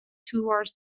towards